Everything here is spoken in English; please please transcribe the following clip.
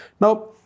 Now